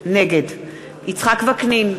נגד יצחק וקנין,